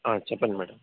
చెప్పండి మేడం